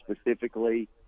specifically